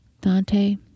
Dante